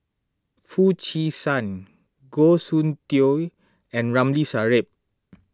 Foo Chee San Goh Soon Tioe and Ramli Sarip